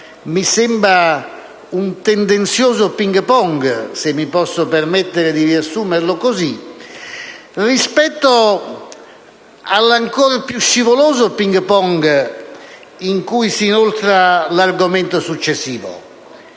mi sembra un tendenzioso ping pong - se posso permettermi di riassumerlo così - rispetto all'ancor più scivoloso ping pong nel quale si inoltra l'argomento successivo: